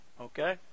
Okay